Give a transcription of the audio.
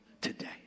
today